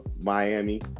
Miami